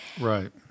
Right